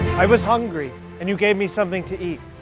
i was hungry and you gave me something to eat.